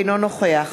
אינו נוכח